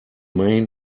main